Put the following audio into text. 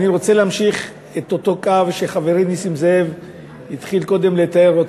אני רוצה להמשיך את אותו קו שחברי נסים זאב התחיל קודם לתאר.